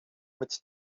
mit